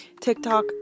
TikTok